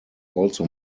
also